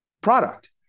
product